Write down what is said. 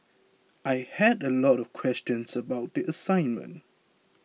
I had a lot of questions about the assignment